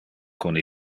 con